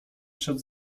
przed